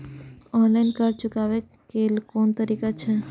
Online कर्ज चुकाने के कोन तरीका छै?